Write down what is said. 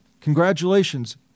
congratulations